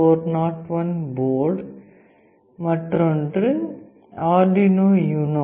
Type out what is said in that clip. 32F401 board மற்றொன்று Arduino Uno